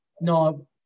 No